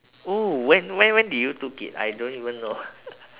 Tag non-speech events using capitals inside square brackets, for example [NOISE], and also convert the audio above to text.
oh when when when did you took it I don't even know [LAUGHS]